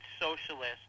socialist